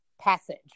passage